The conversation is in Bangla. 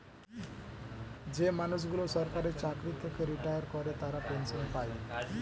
যে মানুষগুলো সরকারি চাকরি থেকে রিটায়ার করে তারা পেনসন পায়